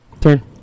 Turn